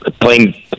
playing